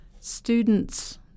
students